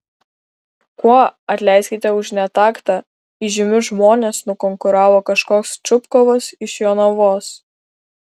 kuo atleiskite už netaktą įžymius žmones nukonkuravo kažkoks čupkovas iš jonavos